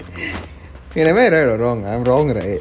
wait am I right or wrong I'm wrong right